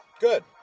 Good